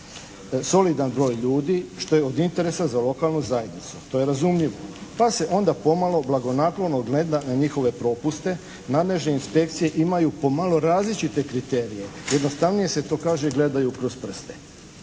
solidan broj ljudi što je od interesa za lokalnu zajednicu. To je razumljivo, pa se onda pomalo blagonaklono gleda na njihove propuste, nadležne inspekcije imaju pomalo različite kriterije, jednostavnije se to kaže gledaju kroz prste.